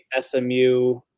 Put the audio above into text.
SMU